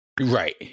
Right